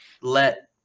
let